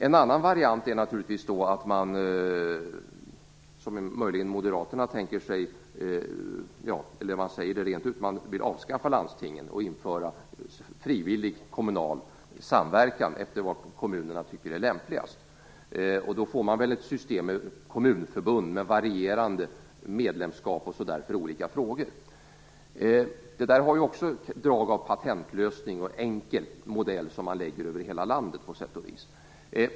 En annan variant är att man, som Moderaterna tänker sig, avskaffar landstingen och inför frivillig kommunal samverkan utifrån vad kommunerna tycker är lämpligast. Då får man ett system med kommunförbund med varierande medlemskap för olika frågor. Det har också drag av patentlösning. Det är en enkel modell som man lägger över hela landet.